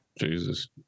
Jesus